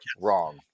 wrong